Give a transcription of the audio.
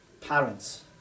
parents